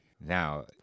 Now